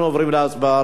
אנחנו עוברים להצבעה.